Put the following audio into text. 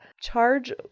charge